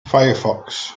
firefox